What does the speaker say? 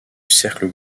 cercle